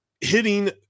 hitting